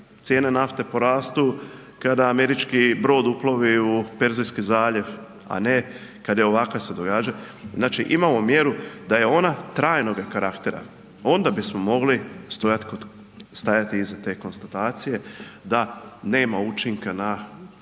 Cijene nafte porastu kada američki brod uplovi u Perzijski zaljev, a ne kada ovakva se događa, znači imamo mjeru, da je ona trajnoga karaktera, onda bismo mogli stajati iza te konstatacije da nema učinka na